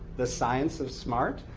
the science of smart,